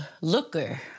looker